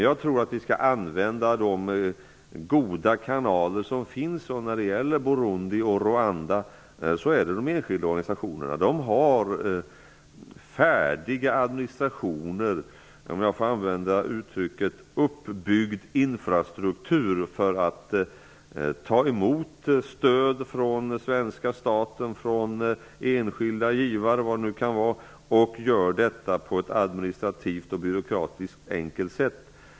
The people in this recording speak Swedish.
Jag tror att vi skall använda de goda kanaler som finns. När det gäller Burundi och Rwanda är det de enskilda organisationerna. De har färdiga administrationer och, om jag får använda uttrycket, uppbyggd infrastruktur för att ta emot stöd från svenska staten, enskilda givare osv. De gör detta på ett administrativt och byråkratiskt enkelt sätt.